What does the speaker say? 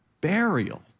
burial